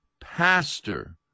pastor